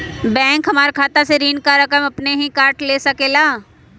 Bank हमार खाता से ऋण का रकम अपन हीं काट ले सकेला?